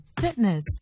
fitness